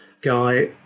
guy